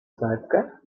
knajpkę